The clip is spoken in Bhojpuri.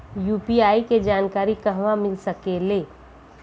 यू.पी.आई के जानकारी कहवा मिल सकेले?